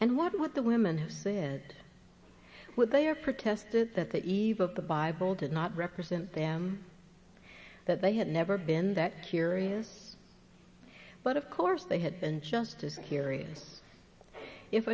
and what the women who said what they are protested that that eve of the bible did not represent them that they had never been that curious but of course they had been just as curious if